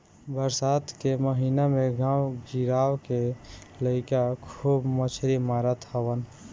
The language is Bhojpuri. बरसात के महिना में गांव गिरांव के लईका खूब मछरी मारत हवन